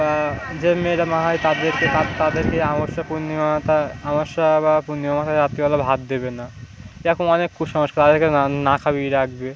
বা যে মেয়েরা মাহায় তাদেরকে তার তাদেরকে অমাবস্যা অমাবস্যা বা পূর্ণিমা অমাবস্যায় রাত্রিবেলা ভাত দেবে না এরকম অনেক কুসংস্কার তাদেরকে না খাবি রাখবে